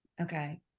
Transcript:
okay